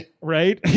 Right